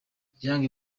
young